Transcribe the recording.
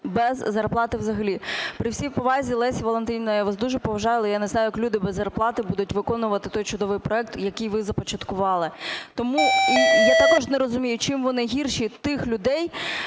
без зарплати взагалі. При всій повазі, Лесю Валентинівно, я вам дуже поважаю, але я не знаю, як люди без зарплати будуть виконувати той чудовий проект, який ви започаткували. І я також не розумію, чим вони гірші тих людей,